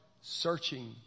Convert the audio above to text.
searching